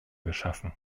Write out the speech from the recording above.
geschaffen